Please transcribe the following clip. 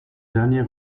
dernier